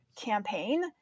campaign